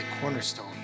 cornerstone